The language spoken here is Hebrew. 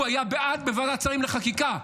הוא היה בעד בוועדת השרים לחקיקה.